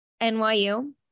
NYU